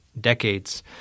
decades